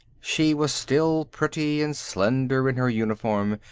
she was still pretty and slender in her uniform,